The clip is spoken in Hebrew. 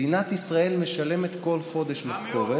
מדינת ישראל משלמת כל חודש משכורת.